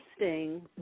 interesting